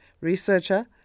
researcher